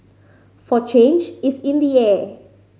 for change is in the air